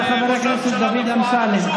תודה, חבר הכנסת דוד אמסלם.